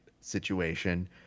situation